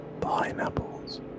pineapples